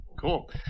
Cool